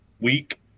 week